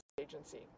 agency